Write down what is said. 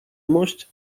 mość